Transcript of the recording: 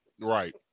Right